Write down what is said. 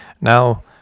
now